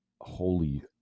holy